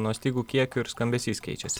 nuo stygų kiekio ir skambesys keičiasi